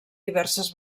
diverses